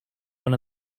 one